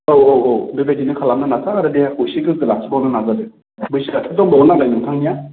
औ औ औ बेबायदिनो खालामबावनो नाजा आरो देहाखौ एसे गोग्गो लाखिबावनो नाजादो बैसोआथ' दंबावो नालाय नोंथांनिया